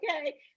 okay